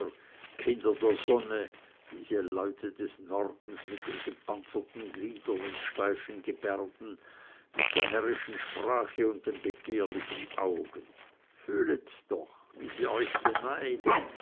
kinder der sonne diese leute des nordens mit den gepanzerten gliedern und steifen gebärden mit der herrischen sprache und den begehrlichen augen fühle ihr doch wie sie euch beneiden